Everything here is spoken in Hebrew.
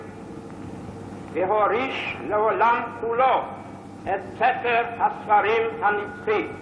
והוריש לעולם כולו את ספר הספרים הנצחי."